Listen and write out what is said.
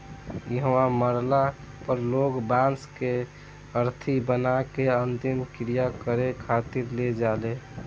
इहवा मरला पर लोग बांस के अरथी बना के अंतिम क्रिया करें खातिर ले जाले